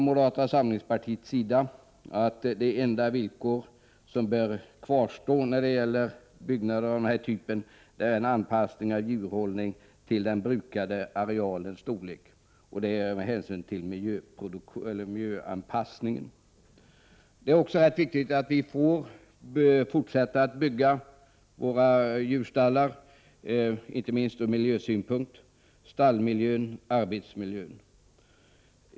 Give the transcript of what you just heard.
Moderata samlingspartiet menar att det enda villkor som bör kvarstå när det gäller byggnader av den här typen är en anpassning av djurhållningen till den brukade arealens storlek, detta med tanke på miljöanpassningen. Det är också viktigt att man får fortsätta bygga djurstallar, inte minst ur miljösynpunkt — stallmiljön och arbetsmiljön.